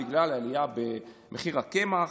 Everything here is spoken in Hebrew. בגלל העלייה במחיר הקמח,